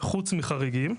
חוץ מחריגים.